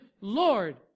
Lord